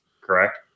correct